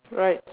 right